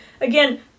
again